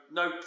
no